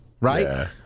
right